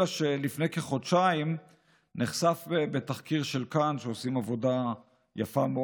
אלא שלפני כחודשיים נחשף בתחקיר של "כאן" שעושים עבודה יפה מאוד,